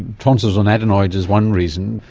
tonsils and adenoids is one reason,